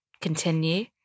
continue